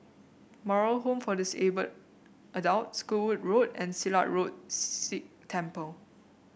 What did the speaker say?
Moral Home for Disabled Adults Goodwood Road and Silat Road Sikh Temple